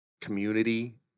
community